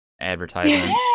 advertisement